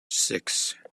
six